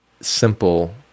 simple